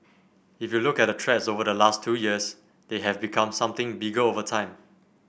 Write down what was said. if you look at the threats over the last two years they have become something bigger over time